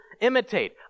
imitate